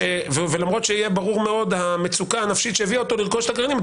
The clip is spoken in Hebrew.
ולמרות שתהיה ברורה לגמרי המצוקה הנפשית שהביאה אותו לרכוש את הגרעינים,